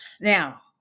now